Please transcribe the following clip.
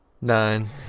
nine